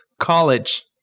College